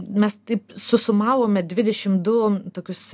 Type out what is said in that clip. mes taip susumavome dvidešimt du tokius